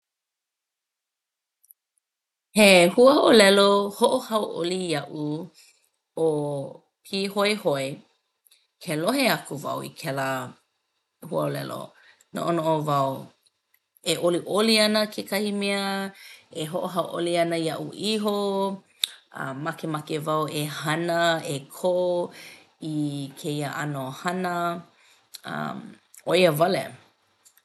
He hua'ōlelo hoʻohauʻoli iaʻu ʻo pīhoihoi. Ke lohe aku wau i kēlā huaʻōlelo noʻonoʻo wau e ʻoliʻoli ana kekahi mea e hoʻohauʻoli ana iaʻu iho. Makemake wau e hana e kō i kēia ʻano hana, ʻo ia wale.